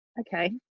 okay